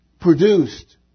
produced